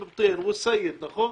ואני שואל היכן